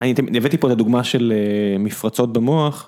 אני הבאתי פה את הדוגמה של מפרצות במוח.